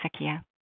Sakia